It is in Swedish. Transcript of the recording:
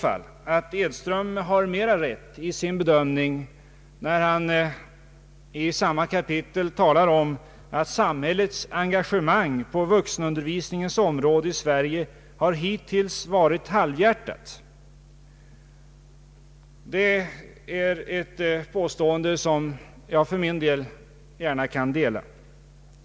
Jag tycker att Edström har mera rätt i sin bedömning när han i sin skrift säger: ”Samhällets engagemang på Vuxenutbildningens område i Sverige har hittills varit halvhjärtat.” Det är ett påstående som jag för min del gärna kan in stämma i.